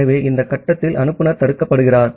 ஆகவே இந்த கட்டத்தில் அனுப்புநர் தடுக்கப்படுகிறார்